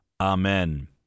Amen